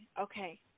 okay